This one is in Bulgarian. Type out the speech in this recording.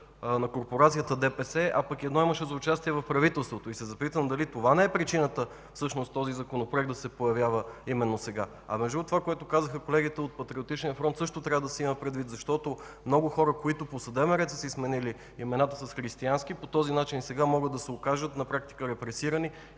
на корпорацията ДПС, а имаше едно за участие в правителството. Запитвам се дали и това не е причината всъщност този Законопроект да се появява именно сега. Между другото, онова, което казаха колегите от Патриотичния фронт, също трябва да се има предвид, защото много хора, които по съдебен ред са си сменили имената с християнски, по този начин сега могат да се окажат на практика репресирани